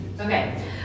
Okay